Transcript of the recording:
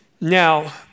Now